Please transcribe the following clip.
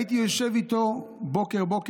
הייתי יושב איתו בוקר-בוקר.